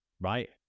right